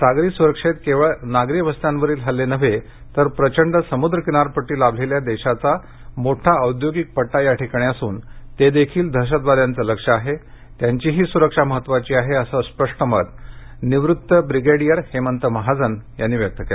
सागरी सुरक्षेत केवळ नागरी वस्त्यावरील हल्ले नव्हे तर प्रचंड समुद्र किनारपट्टी लाभलेल्या देशाचा मोठा औद्योगिक पट्टा या ठिकाणी असून ते देखील दहशतवाद्यांचं लक्ष्य आहे त्यांचीही सुरक्षा महत्वाची आहे असं स्पष्ट मत निवृत्त ब्रिगेडिअर हेमंत महाजन यांनी व्यक्त केलं